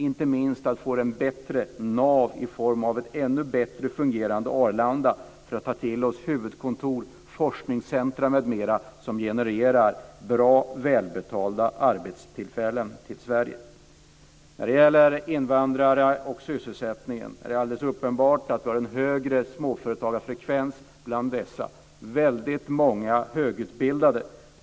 Inte minst är det viktigt att få ett bättre nav i form av ett ännu bättre fungerande Arlanda för att få hit huvudkontor, forskningscentrum m.m. som genererar bra och välbetalda arbetstillfällen till Sverige. När det gäller invandrare och sysselsättning är det alldeles uppenbart att vi har en högre småföretagarfrekvens bland dessa. Väldigt många är högutbildade.